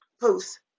post